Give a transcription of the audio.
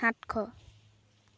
সাতশ